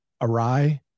awry